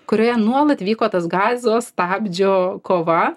kurioje nuolat vyko tas gazo stabdžio kova